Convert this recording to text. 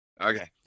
Okay